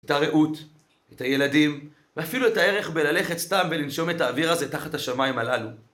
את הרעות, את הילדים ואפילו את הערך בללכת סתם ולנשום את האוויר הזה תחת השמיים הללו